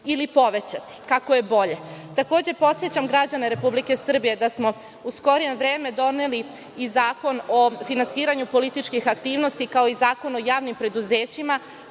ili povećati, kako je bolje? Takođe, podsećam građane Republike Srbije da smo u skorije vreme doneli i Zakon o finansiranju političkih aktivnosti, kao i Zakon o javnim preduzećima,